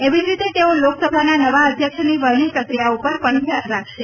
એવી જ રીતે તેઓ લોકસભાના નવા અધ્યક્ષની વરણી પ્રક્રિયા ઉપર પણ ધ્યાન રાખશે